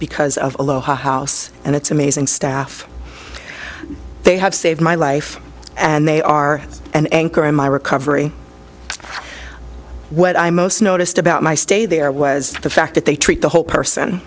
because of a low house and it's amazing staff they have saved my life and they are an anchor in my recovery what i most noticed about my stay there was the fact that they treat the whole person